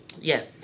Yes